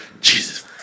Jesus